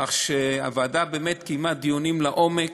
כך שהוועדה באמת קיימה דיונים לעומק,